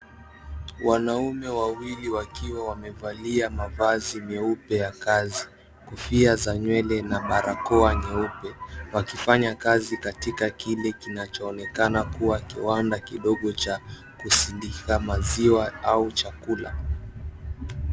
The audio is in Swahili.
Wanaume wawili wakiwa wamevalia mavazi meupe ya kazi, kofia za nywele na barakoa nyeupe, wakifanya kazi katika kile kinachoonekana kuwa kiwanda kidogo cha kusindika maziwa au chakula.